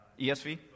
ESV